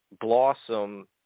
blossom